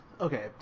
Okay